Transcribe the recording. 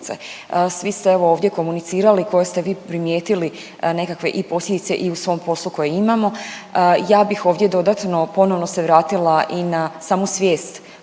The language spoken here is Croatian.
Svi su ovdje komunicirali koje ste vi primijetili nekakve i posljedice i u svom poslu koje imamo. Ja bih ovdje dodatno ponovno se vratila i na samu svijest